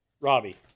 Robbie